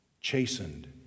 chastened